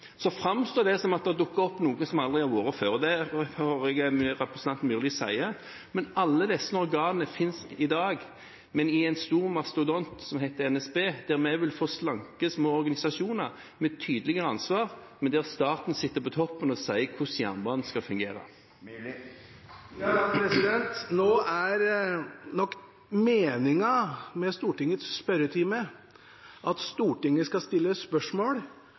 Så framstår det som at det har dukket opp noe som aldri har vært før, og det hører jeg representanten Myrli si. Alle disse organene finnes imidlertid i dag, men i en stor mastodont som heter NSB, der vi vil få slanke, små organisasjoner med tydeligere ansvar, men der staten sitter på toppen og sier hvordan jernbanen skal fungere. Nå er nok meningen med Stortingets spørretime at Stortinget skal stille spørsmål,